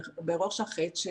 החץ,